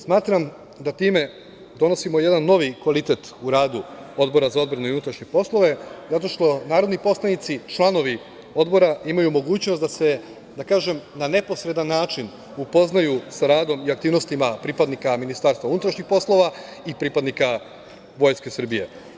Smatram da time donosimo jedan novi kvalitet u radu Odbora za odbranu i unutrašnje poslove, zato što narodni poslanici, članovi Odbora imaju mogućnost da se na neposredan način upoznaju sa radom i aktivnostima pripadnika MUP i pripadnika Vojske Srbije.